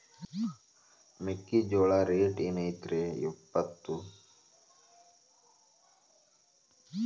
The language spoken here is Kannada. ಮೆಕ್ಕಿಜೋಳ ರೇಟ್ ಏನ್ ಐತ್ರೇ ಇಪ್ಪತ್ತು?